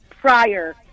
prior